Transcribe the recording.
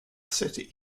city